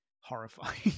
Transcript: horrifying